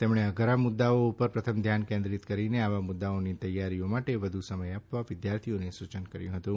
તેમણે અઘરા મુદ્દાઓ ઉપર પ્રથમ ધ્યાન કેન્દ્રીત કરીને આવા મુદ્દાઓની તૈયારીઓ માટે વધુ સમય આપવા વિદ્યાર્થીઓને સૂચન કર્યું હતું